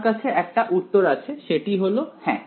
আমার কাছে একটা উত্তর আছে সেটি হল হ্যাঁ